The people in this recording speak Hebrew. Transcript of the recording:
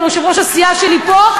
גם יושב-ראש הסיעה שלי פה,